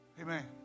Amen